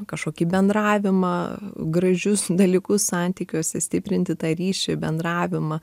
kažkokį bendravimą gražius dalykus santykiuose stiprinti tą ryšį bendravimą